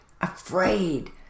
afraid